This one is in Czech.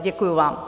Děkuju vám.